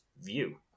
view